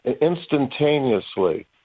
instantaneously